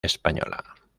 española